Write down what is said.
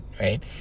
right